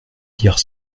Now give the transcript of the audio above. dire